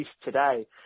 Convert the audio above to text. today